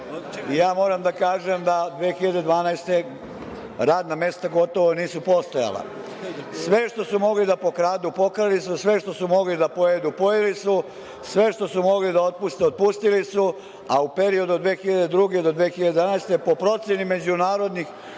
Moram da kažem da 2012. godine radna mesta gotovo da nisu postojala. Sve što su mogli da pokradu, pokrali su. Sve što su mogli da pojedu, pojeli su. Sve što su mogli da otpuste, otpustili su. U periodu od 2002. do 2012. godine, po proceni međunarodnih